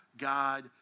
God